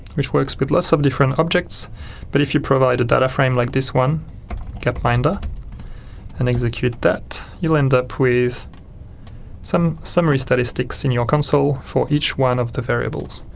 which works with lots of different objects but if you provide a dataframe like this one gapminder and execute that, you'll end up with summary statistics in your console for each one of the variables,